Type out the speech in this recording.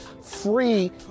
free